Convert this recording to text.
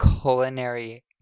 culinary